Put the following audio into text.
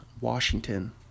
Washington